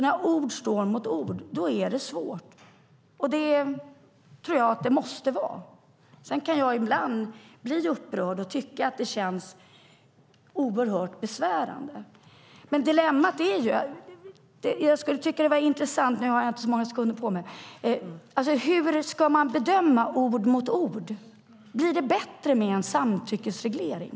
När ord står mot ord är det svårt, och det tror jag att det måste vara. Sedan kan jag ibland bli upprörd och tycka att det känns oerhört besvärande. Det vore intressant att höra hur man ska döma när ord står mot ord. Blir det bättre med en samtyckesreglering?